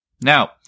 now